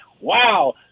Wow